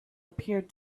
appeared